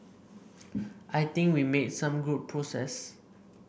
I think we made some good progress